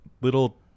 little